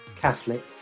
Catholic